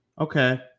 Okay